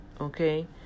Okay